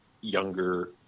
younger